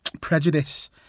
prejudice